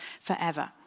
forever